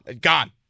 gone